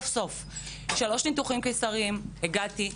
בשלושה ניתוחים קיסריים הגעתי,